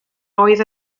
oedd